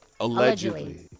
Allegedly